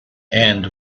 and